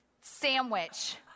sandwich